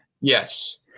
yes